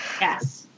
Yes